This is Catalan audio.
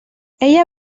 ella